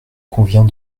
convient